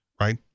right